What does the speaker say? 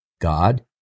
God